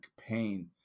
pain